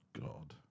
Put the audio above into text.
God